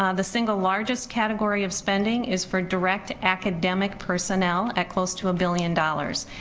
um the single largest category of spending is for direct academic personnel, at close to a billion dollars.